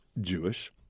Jewish